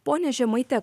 ponia žemaite